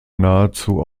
nahezu